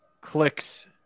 clicks